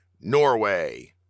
Norway